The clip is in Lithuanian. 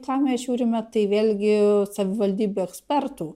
ką mes žiūrime tai vėlgi savivaldybių ekspertų